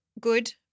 good